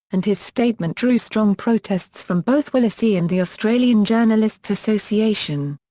and his statement drew strong protests from both willesee and the australian journalists' association.